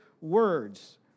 words